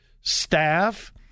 staff